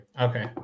Okay